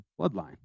bloodline